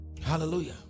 Hallelujah